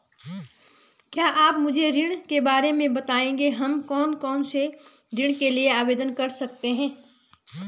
क्या आप मुझे ऋण के बारे में बताएँगे हम कौन कौनसे ऋण के लिए आवेदन कर सकते हैं?